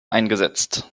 eingesetzt